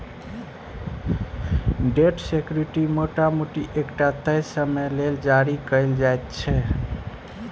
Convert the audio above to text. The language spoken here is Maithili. डेट सिक्युरिटी मोटा मोटी एकटा तय समय लेल जारी कएल जाइत छै